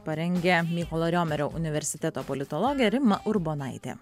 parengė mykolo riomerio universiteto politologė rima urbonaitė